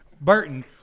Burton